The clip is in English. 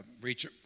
reach